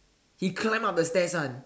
he climbed up the stairs [one]